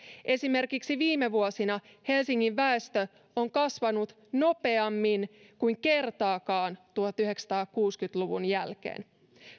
esimerkiksi viime vuosina helsingin väestö on kasvanut nopeammin kuin kertaakaan tuhatyhdeksänsataakuusikymmentä luvun jälkeen